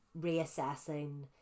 reassessing